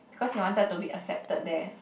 because he wanted to be accepted there